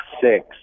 six